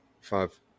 five